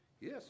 Yes